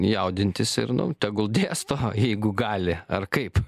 jaudintis ir nu tegul dėsto jeigu gali ar kaip